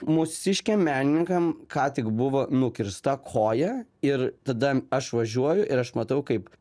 mūsiškiem menininkam ką tik buvo nukirsta koja ir tada aš važiuoju ir aš matau kaip